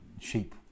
sheep